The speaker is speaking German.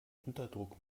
unterdruck